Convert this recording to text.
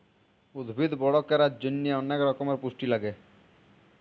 উদ্ভিদ বড় ক্যরার জন্হে অলেক রক্যমের পুষ্টি লাগে